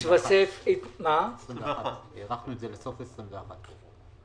מאריכים את זה בשנה.